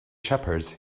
shepherds